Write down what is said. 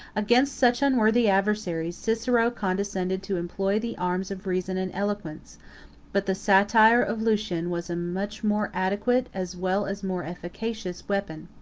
against such unworthy adversaries, cicero condescended to employ the arms of reason and eloquence but the satire of lucian was a much more adequate, as well as more efficacious, weapon.